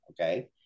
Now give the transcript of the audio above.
okay